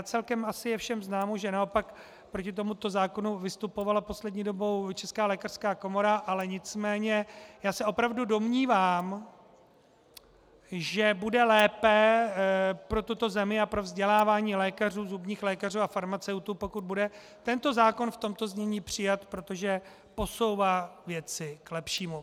Celkem asi je všem známo, že naopak proti tomuto zákonu vystupovala poslední dobou Česká lékařská komora, ale nicméně já se opravdu domnívám, že bude lépe pro tuto zemi a pro vzdělávání lékařů, zubních lékařů a farmaceutů, pokud bude tento zákon v tomto znění přijat, protože posouvá věci k lepšímu.